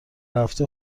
هفته